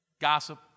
gossip